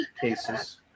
cases